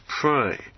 pray